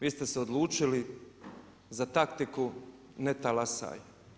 Vi ste se odlučili za taktiku ne talasaj.